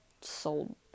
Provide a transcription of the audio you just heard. sold